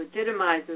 legitimizes